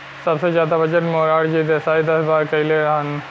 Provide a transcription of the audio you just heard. सबसे जादा बजट मोरारजी देसाई दस बार कईले रहलन